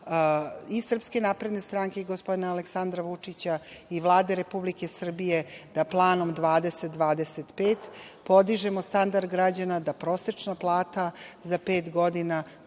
i upravo je plan i SNS gospodina Aleksandra Vučića i Vlade Republike Srbije da Planom 2025 podižemo standard građana, da prosečna plata za pet godina